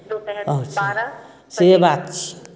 से बात छियै